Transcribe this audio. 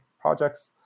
projects